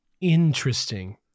Interesting